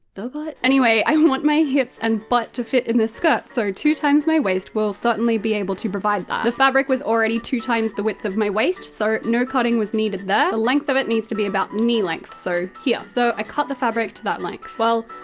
the butt? anyway, i want my hips and butt to fit in this skirt, so two times my waist will certainly be able to provide that. the fabric was already two times the width of my waist, so no cutting was the length of it needs to be about knee-length. so, here. so i cut the fabric to that length. well,